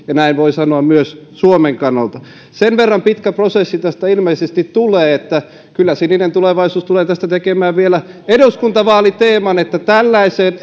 ja näin voi sanoa myös suomen kannalta sen verran pitkä prosessi tästä ilmeisesti tulee että kyllä sininen tulevaisuus tulee tästä tekemään vielä eduskuntavaaliteeman että tällaiseen